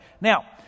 Now